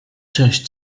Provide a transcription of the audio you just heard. część